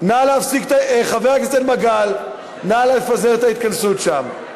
חבר הכנסת מגל, נא לפזר את ההתכנסות שם.